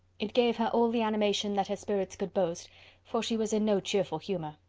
it gave her all the animation that her spirits could boast for she was in no cheerful humour.